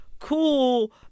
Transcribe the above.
cool